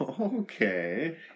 Okay